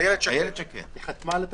אילת שקד חתמה על התקנות?